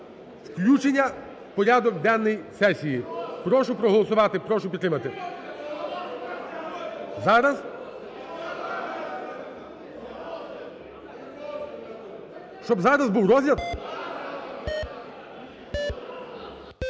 включення у порядок денний сесії, прошу проголосувати, прошу підтримати. Зараз… Щоб зараз був розгляд?